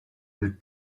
that